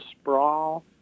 Sprawl